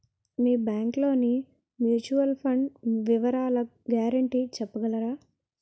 మీ bank లోని mutual fund వివరాల guarantee చెప్పగలరా?